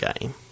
game